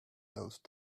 those